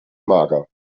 mager